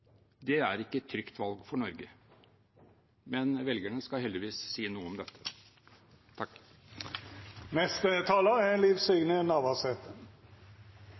ikke et trygt valg for Norge. Men velgerne skal heldigvis si noe om dette.